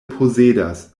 posedas